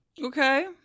Okay